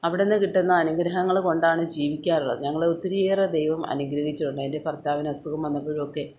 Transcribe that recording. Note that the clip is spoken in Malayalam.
അവിടുന്ന് കിട്ടുന്ന അനുഗ്രഹങ്ങൾ കൊണ്ടാണ് ജീവിക്കാറുള്ളത് ഞങ്ങൾ ഒത്തിരിയേറെ ദൈവം അനുഗ്രഹിച്ചിട്ടുണ്ട് എൻ്റെ ഭർത്താവിന് അസുഖം വന്നപ്പോഴും ഒക്കെ